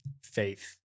faith